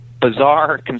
bizarre